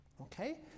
Okay